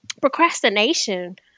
procrastination